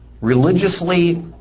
religiously